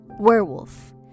Werewolf